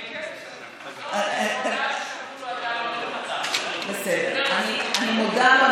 כי ההודעה ששלחו לו, בסדר, אני מודה לו.